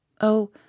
Oh